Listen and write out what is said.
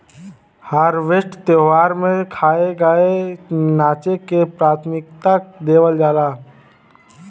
harvest त्यौहार में खाए, गाए नाचे के प्राथमिकता देवल जाला